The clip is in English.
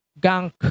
gank